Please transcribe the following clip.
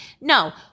no